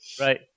Right